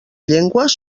llengües